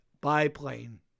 biplane